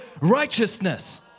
righteousness